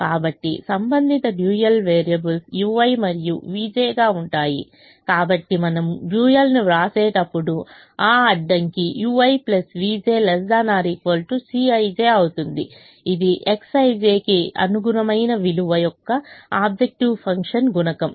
కాబట్టి సంబంధిత dual variables ui మరియు vj గా ఉంటాయి కాబట్టి మనము డ్యూయల్ ను వ్రాసేటప్పుడు ఆ అడ్డంకి ui vj ≤ Cij అవుతుంది ఇది Xij కి అనుగుణమైన విలువ యొక్క ఆబ్జెక్టివ్ ఫంక్షన్ గుణకం